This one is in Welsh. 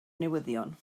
newyddion